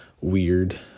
weird